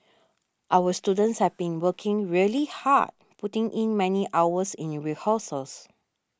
our students have been working really hard putting in many hours in your rehearsals